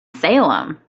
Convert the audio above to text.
salem